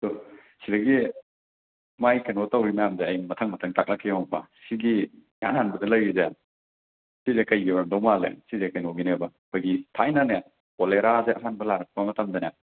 ꯇꯣ ꯁꯤꯗꯒꯤ ꯃꯥꯏ ꯀꯩꯅꯣ ꯇꯧꯔꯤ ꯃꯌꯥꯝꯁꯦ ꯑꯩ ꯃꯊꯧ ꯃꯊꯪ ꯇꯥꯛꯂꯛꯀꯦ ꯌꯦꯡꯉꯨꯀꯣ ꯁꯤꯒꯤ ꯏꯍꯥꯟ ꯍꯥꯟꯕꯗ ꯂꯩꯔꯤꯁꯦ ꯁꯤꯁꯦ ꯀꯔꯤꯒꯤ ꯑꯣꯏꯔꯝꯗꯧ ꯃꯥꯜꯂꯦ ꯁꯤꯁꯦ ꯀꯩꯅꯣꯒꯤꯅꯦꯕ ꯑꯩꯈꯣꯏꯒꯤ ꯊꯥꯏꯅꯅꯦ ꯀꯣꯂꯦꯔꯥꯁꯦ ꯑꯍꯥꯟꯕ ꯅꯥꯔꯛꯛꯄ ꯃꯇꯝꯗꯅꯦ